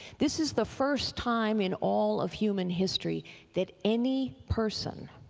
this is the first time in all of human history that any person,